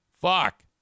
Fuck